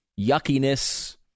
yuckiness